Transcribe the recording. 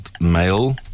male